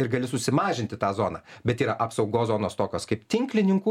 ir gali susimažinti tą zoną bet yra apsaugos zonos tokios kaip tinklininkų